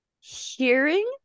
hearing